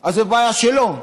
אז זו בעיה שלו.